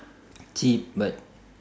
cheap but